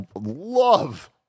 love